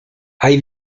hai